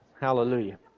Hallelujah